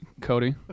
Cody